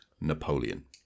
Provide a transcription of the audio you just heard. Napoleon